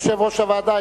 יושב-ראש הוועדה,